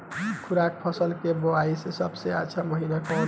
खरीफ फसल के बोआई के सबसे अच्छा महिना कौन बा?